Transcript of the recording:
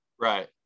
Right